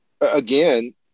again